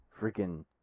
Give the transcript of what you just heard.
freaking